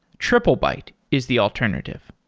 triplebyte is the alternative.